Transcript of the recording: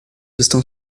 estão